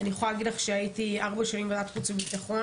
אני יכולה להגיד לך שהייתי ארבע שנים בוועדת חוץ וביטחון,